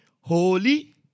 holy